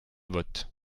votes